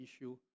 issue